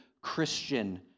Christian